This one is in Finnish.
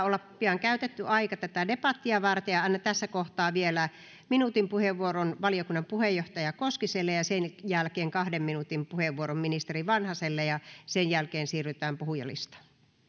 olla pian käytetty aika tätä debattia varten annan tässä kohtaa vielä yhden minuutin puheenvuoron valiokunnan puheenjohtaja koskiselle ja sen jälkeen kahden minuutin puheenvuoron ministeri vanhaselle ja sen jälkeen siirrytään puhujalistaan